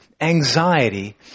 anxiety